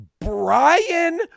brian